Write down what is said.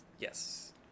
Yes